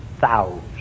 thousand